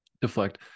deflect